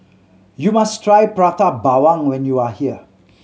you must try Prata Bawang when you are here